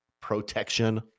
Protection